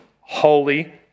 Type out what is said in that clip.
holy